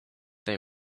they